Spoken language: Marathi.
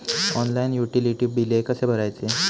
ऑनलाइन युटिलिटी बिले कसे भरायचे?